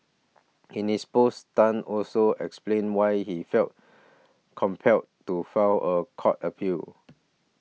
in his post Tan also explained why he felt compelled to file a court appeal